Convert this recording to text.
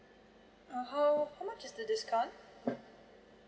uh how how much is the discount